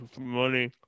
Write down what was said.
money